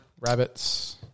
Rabbits